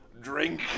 drink